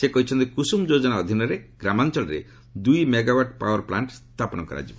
ସେ କହିଛନ୍ତି କୁସ୍ରୁମ ଯୋଜନା ଅଧୀନରେ ଗ୍ରାମାଞ୍ଚଳରେ ଦୁଇ ମେଗାୱାଟ୍ ପାୱାର ପ୍ଲାଣ୍ଟ ସ୍ଥାପନ କରାଯିବ